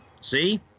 See